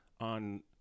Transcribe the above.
on